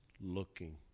looking